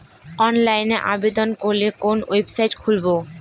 অনলাইনে আবেদন করলে কোন ওয়েবসাইট খুলব?